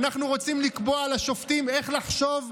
אנחנו רוצים לקבוע לשופטים איך לחשוב,